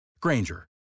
Granger